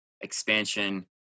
expansion